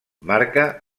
marca